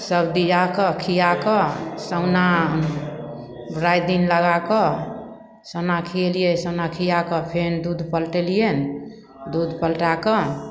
सभ दियाकऽ खियाकऽ सामना राति दिन लगाकऽ सन्ना खियलियै सन्ना खियाकऽ फेन दूध पलटेलियनि दूध पलटाकऽ